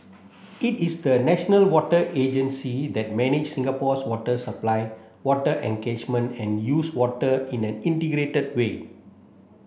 it is the national water agency that manage Singapore's water supply water and catchment and used water in an integrated way